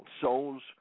souls